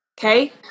Okay